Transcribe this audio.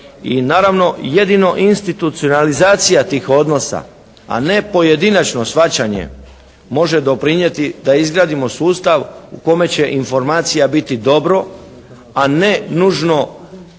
I naravno jedino institucionalizacija tih odnosa, a ne pojedinačno shvaćanje može doprinijeti da izgradimo sustav u kome će –informacija biti dobro, a ne nužno